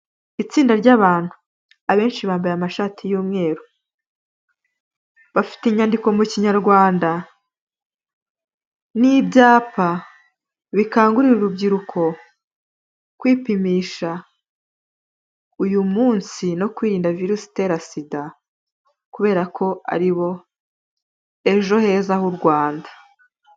Itsinda ry'abantu, abenshi bambaye amashati y'umweru, bafite inyandiko mu Kinyarwanda n'ibyapa bikangurira urubyiruko kwipimisha, uyu munsi no kwirinda virusi itera SIDA kubera ko aribo ejo heza h'u Rwanda.